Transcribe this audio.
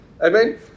Amen